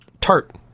Tart